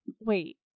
wait